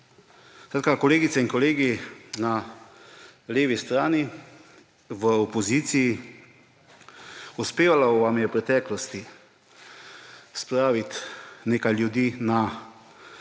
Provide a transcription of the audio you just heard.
Skratka, kolegice in kolegi na levi strani, v opoziciji, uspevalo vam je v preteklosti spraviti nekaj ljudi na ulice,